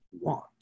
want